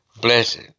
Blessed